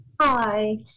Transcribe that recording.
Hi